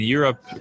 Europe